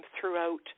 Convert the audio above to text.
throughout